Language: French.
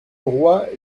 roi